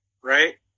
right